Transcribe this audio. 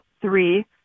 three